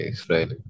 Israel